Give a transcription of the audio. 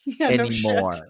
anymore